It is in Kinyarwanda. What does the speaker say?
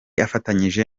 afatanyije